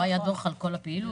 לא היה דוח על כל הפעילות.